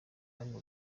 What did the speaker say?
hano